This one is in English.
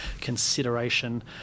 consideration